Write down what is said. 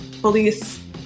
police